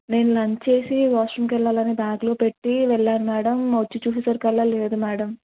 నేను లంచ్ చేసి వాష్ రూమ్కెళ్ళాలని బ్యాగ్లో పెట్టి వెళ్ళాను మ్యాడమ్ వచ్చి చూసేసరికల్లా లేదు మ్యాడమ్